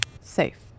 Safe